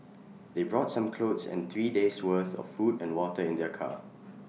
they brought some clothes and three days' worth of food and water in their car